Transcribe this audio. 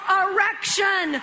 erection